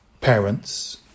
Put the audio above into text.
parents